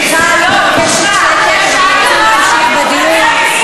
סליחה, אני מבקשת שקט, אנחנו רוצים להמשיך בדיון.